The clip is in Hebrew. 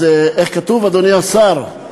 אז איך כתוב, אדוני השר?